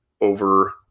over